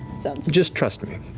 just trust me.